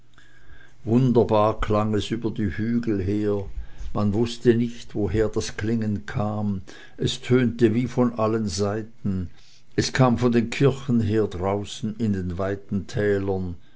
wunderbar klang es über die hügel her man wußte nicht woher das klingen kam es tönte wie von allen seiten es kam von den kirchen her draußen in den weiten tälern